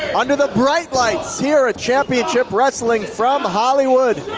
under the bright lights here at championship wrestling from hollywood.